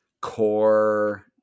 Core